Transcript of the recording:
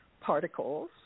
particles